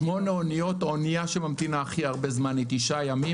משמונה האוניות האונייה שממתינה הכי הרבה זמן היא תשעה ימים.